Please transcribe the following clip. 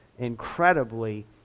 incredibly